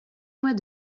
mois